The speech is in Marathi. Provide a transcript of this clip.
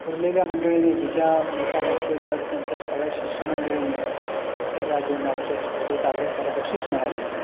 उरलेल्या मंडळीने विजया मेहता नसलेल्या त्यांच्या सगळ्या शिष्यमंडळीने हे राज्य नाट्य स्पर्धेत आल्यावर त्याला बक्षीस मिळाली